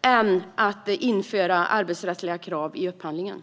det än att införa arbetsrättsliga krav i upphandlingen.